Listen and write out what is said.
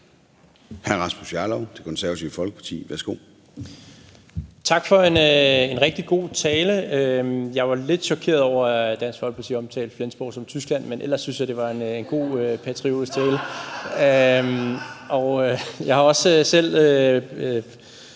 Hr. Rasmus Jarlov, Det Konservative Folkeparti. Værsgo. Kl. 15:05 Rasmus Jarlov (KF): Tak for en rigtig god tale. Jeg var lidt chokeret over, at Dansk Folkeparti omtalte Flensborg som en del af Tyskland, men ellers synes jeg, det var en god patriotisk tale (munterhed). Jeg har også selv